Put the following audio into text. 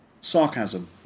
Sarcasm